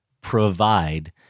provide